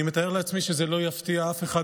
אני מתאר לעצמי שזה לא יפתיע אף אחד